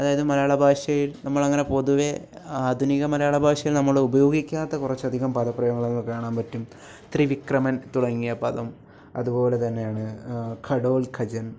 അതായത് മലയാള ഭാഷയിൽ നമ്മളങ്ങനെ പൊതുവേ ആധുനിക മലയാള ഭാഷയിൽ നമ്മൾ ഉപയോഗിക്കാത്ത കുറച്ചധികം പദ പ്രയോഗങ്ങൾ കാണാൻ പറ്റും ത്രിവിക്രമൻ തുടങ്ങിയ പദം അതുപോലെ തന്നെയാണ് ഘടോത്ക്കജൻ